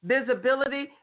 visibility